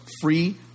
free